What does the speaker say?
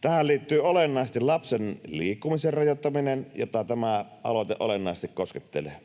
Tähän liittyy olennaisesti lapsen liikkumisen rajoittaminen, jota tämä aloite olennaisesti koskettelee.